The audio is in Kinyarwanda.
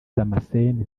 damascène